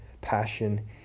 passion